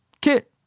Kit